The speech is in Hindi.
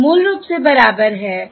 जो मूल रूप से बराबर है